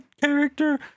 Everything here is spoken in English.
character